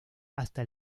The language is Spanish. hasta